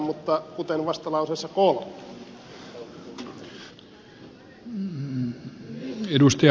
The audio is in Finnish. esitän aivan samoin kuin ed